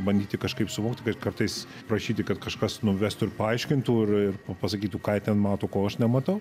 bandyti kažkaip suvokti kad kartais prašyti kad kažkas nuvestų ir paaiškintų ir pasakytų ką jie ten mato ko aš nematau